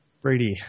Brady